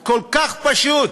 כל כך פשוט: